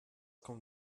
kommt